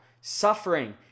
suffering